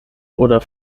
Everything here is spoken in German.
oder